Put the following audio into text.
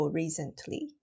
recently